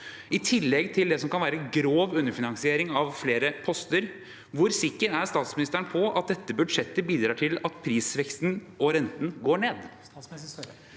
i tillegg til det som kan være grov underfinansiering av flere poster, hvor sikker er statsministeren på at dette budsjettet bidrar til at prisveksten og renten går ned?